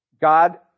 God